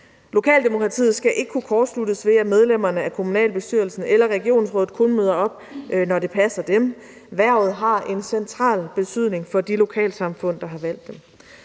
Lokaldemokratiet skal ikke kunne kortsluttes, ved at medlemmerne af kommunalbestyrelsen eller regionsrådet kun møder op, når det passer dem – hvervet har en central betydning for de lokalsamfund, der har valgt dem.